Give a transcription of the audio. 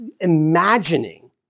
imagining